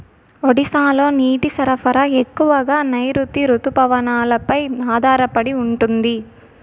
ఒడిశాలో నీటి సరఫరా ఎక్కువగా నైరుతి రుతుపవనాలపై ఆధారపడి ఉంటుంది